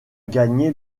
gagné